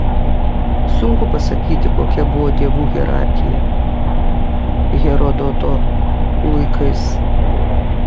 sunku pasakyti kokia buvo dievų hierarchija herodoto laikais